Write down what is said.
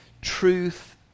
truth